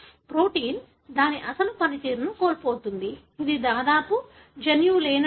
protein దాని అసలు పనితీరును కోల్పోతుంది ఇది దాదాపు జన్యువు లేనట్లే